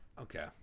Okay